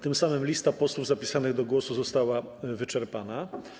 Tym samym lista posłów zapisanych do głosu została wyczerpana.